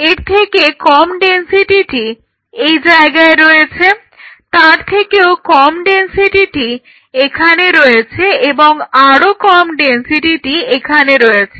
এর থেকে কম ডেনসিটিটি এই জায়গায় রয়েছে তার থেকেও কম ডেনসিটিটি এখানে রয়েছে এবং আরো কম ডেনসিটিটি এখানে রয়েছে